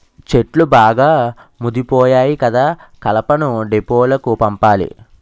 చెట్లు బాగా ముదిపోయాయి కదా కలపను డీపోలకు పంపాలి